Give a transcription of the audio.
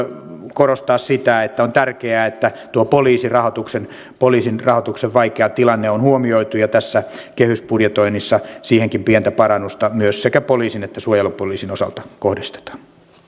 korostaa sitä että on tärkeää että tuo poliisin rahoituksen poliisin rahoituksen vaikea tilanne on huomioitu ja tässä kehysbudjetoinnissa siihenkin pientä parannusta myös kohdistetaan sekä poliisin että suojelupoliisin osalta